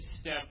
step